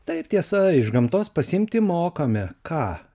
taip tiesa iš gamtos pasiimti mokame ką